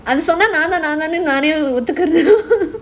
அது சொன்னா நானும் நானே ஒத்துக்குவேன்:adhu sonna naanum naanae othukuvaen